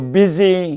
busy